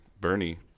Bernie